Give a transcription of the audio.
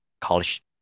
college